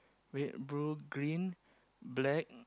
red blue green black